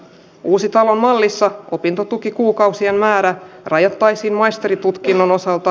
uusi talomallissa opintotukikuukausien määrän rajoittaisi maisteritutkinnon osalta